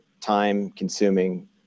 time-consuming